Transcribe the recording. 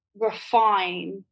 refine